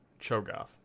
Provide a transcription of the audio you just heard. Cho'gath